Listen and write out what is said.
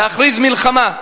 להכריז מלחמה.